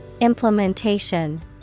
Implementation